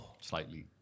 Slightly